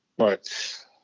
Right